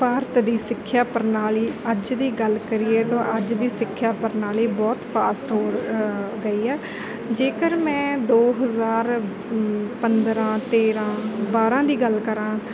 ਭਾਰਤ ਦੀ ਸਿੱਖਿਆ ਪ੍ਰਣਾਲੀ ਅੱਜ ਦੀ ਗੱਲ ਕਰੀਏ ਤਾਂ ਅੱਜ ਦੀ ਸਿੱਖਿਆ ਪ੍ਰਣਾਲੀ ਬਹੁਤ ਫਾਸਟ ਹੋ ਗਈ ਹੈ ਜੇਕਰ ਮੈਂ ਦੋ ਹਜ਼ਾਰ ਪੰਦਰ੍ਹਾਂ ਤੇਰ੍ਹਾਂ ਬਾਰ੍ਹਾਂ ਦੀ ਗੱਲ ਕਰਾਂ